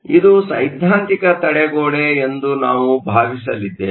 ಇದು ಸೈದ್ಧಾಂತಿಕ ತಡೆಗೋಡೆ ಎಂದು ನಾವು ಭಾವಿಸಲಿದ್ದೇವೆ